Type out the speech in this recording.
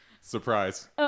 surprise